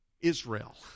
Israel